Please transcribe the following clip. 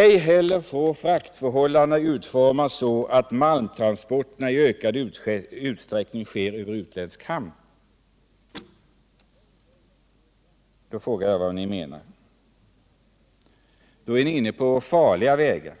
”Ej heller får fraktförhållandena utformas så att marktransporten i ökad utsträckning sker över utländsk hamn.” Då frågar jag vad ni menar, för ni är inne på farliga vägar.